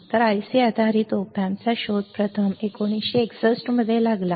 तर IC आधारित op amps चा शोध प्रथम 1961 मध्ये लागला